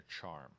charm